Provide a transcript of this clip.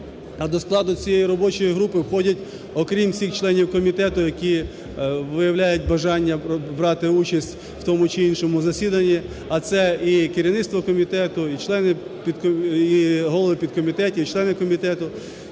до складу цієї робочої групи входять окрім всіх членів комітету, які виявляють бажання брати участь в тому чи іншому засіданні, а це і керівництво комітету, і члени… і голови підкомітетів, і члени комітету,